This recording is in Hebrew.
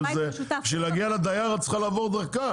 אבל בשביל להגיע לדייר את צריכה לעבור דרכה,